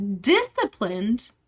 disciplined